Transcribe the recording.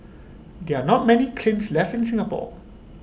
there are not many klins left in Singapore